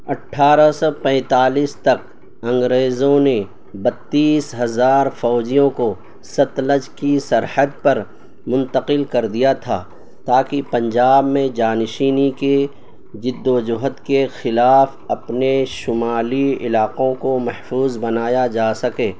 اٹھارہ سو پینتالیس تک انگریزوں نے بتیس ہزار فوجیوں کو ستلج کی سرحد پر منتقل کر دیا تھا تاکہ پنجاب میں جانشینی کی جد و جہد کے خلاف اپنے شمالی علاقوں کو محفوظ بنایا جا سکے